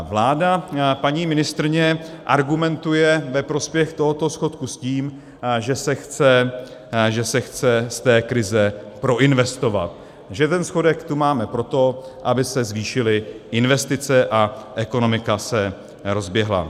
Vláda, paní ministryně argumentuje ve prospěch tohoto schodku s tím, že se chce z té krize proinvestovat, že ten schodek tu máme proto, aby se zvýšily investice a ekonomika se rozběhla.